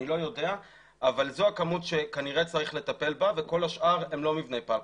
זו הכמות שצריך לטפל בה וכל השאר הם לא מבני פלקל.